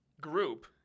group